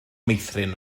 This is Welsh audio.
meithrin